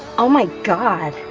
oh, my god.